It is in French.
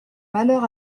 malheur